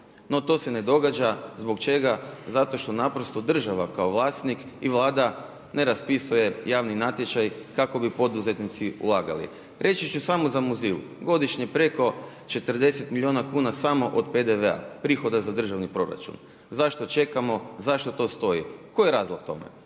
No to se ne događa. Zbog čega? Zato što naprosto država kao vlasnik i Vlada ne raspisuje javni natječaj kako bi poduzetnici ulagali. Reći ću samo za Muzil. Godišnje preko 40 milijuna kuna samo od PDV-a prihoda za državni proračun. Zašto čekamo? Zašto to stoji? Koji je razlog tome?